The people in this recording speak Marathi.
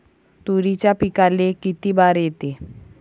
तुरीच्या पिकाले किती बार येते?